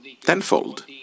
tenfold